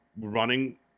running